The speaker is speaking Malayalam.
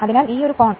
അതിനാൽ ഇത് E2 ആണ്